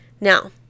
Now